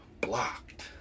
Blocked